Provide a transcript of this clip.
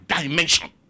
dimension